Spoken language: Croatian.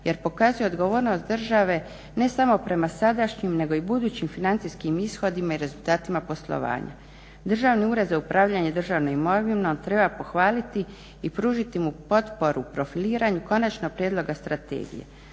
jer pokazuje odgovornost države ne samo prema sadašnjim nego i budućim financijskim ishodima i rezultatima poslovanja. Državni ured za upravljanje državnom imovinom treba pohvaliti i pružiti mu potporu u profiliranju konačnog prijedloga strategije.